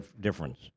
difference